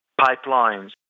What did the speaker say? pipelines